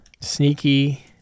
Sneaky